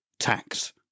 tax